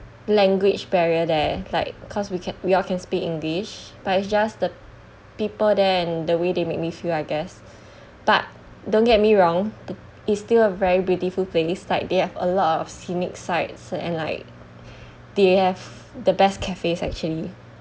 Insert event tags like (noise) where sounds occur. language barrier there like because we c~ we all can speak english but it's just the people there and the way they make me feel I guess (breath) but don't get me wrong it is still a very beautiful place like they have a lot of scenic sights and like they have the best cafes actually